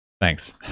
Thanks